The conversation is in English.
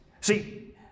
See